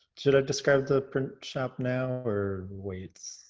should i describe the printshop now or wait?